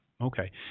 Okay